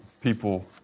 people